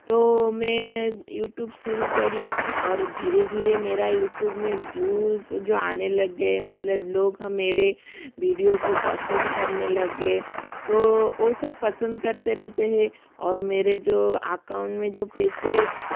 तो में यूटूब शुरू करी और धीरे धीरे मेरा यूटूब में भ्यूज़ जो आने लग गए मतलब लोग मेरे बिडियो को पसंद करने लग गए तो ओ सब पसंद करते रहते है और मेरे जो अकाउंट में जो पैसे